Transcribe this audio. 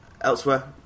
elsewhere